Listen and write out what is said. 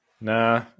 Nah